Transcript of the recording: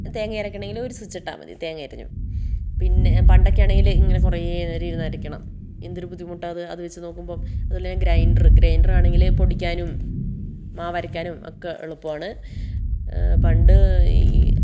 തേങ്ങ അരക്കണമെങ്കിൽ ഒരു സ്വിച്ചിട്ടാൽ മതി തേങ്ങ അരഞ്ഞു പിന്നെ പണ്ടൊക്കെയാണെങ്കിൽ ഇങ്ങനെ കുറേ നേരം ഇരുന്നരയ്ക്കണം എന്തൊരു ബുദ്ധിമുട്ടാണത് അതു വച്ച് നോക്കുമ്പം അതുപോലെ ഗ്രൈന്റർ ഗ്രൈന്ററാണെങ്കിൽ പൊടിക്കാനും മാവരയ്ക്കാനും ഒക്കെ എളുപ്പമാണ് പണ്ട് ഈ